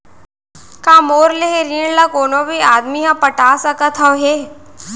का मोर लेहे ऋण ला कोनो भी आदमी ह पटा सकथव हे?